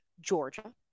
Georgia